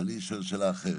שאלה אחרת,